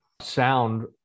sound